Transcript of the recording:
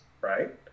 right